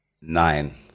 nine